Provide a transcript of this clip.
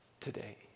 today